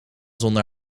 zonder